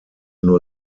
nur